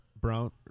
brown